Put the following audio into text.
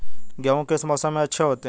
गेहूँ किस मौसम में अच्छे होते हैं?